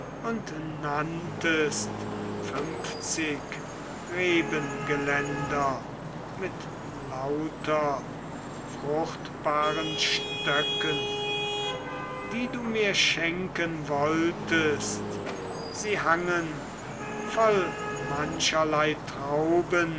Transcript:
nanntest fünfzig rebengeländer mit lauter fruchtbaren stöcken die du mir schenken wolltest sie hangen voll mancherlei trauben